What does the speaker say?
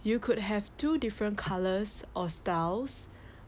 you could have two different colours or styles